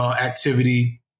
activity